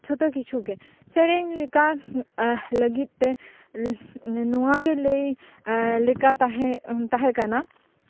ᱡᱷᱚᱛᱚ ᱠᱤᱪᱷᱩ ᱜᱮ ᱥᱮᱨᱮᱧ ᱨᱮᱠᱟ ᱞᱟᱹᱜᱤᱫ ᱛᱮ ᱱᱚᱣᱟᱜᱮ ᱞᱟᱹᱭ ᱞᱮᱠᱟ ᱛᱟᱦᱮᱸ ᱠᱟᱱᱟ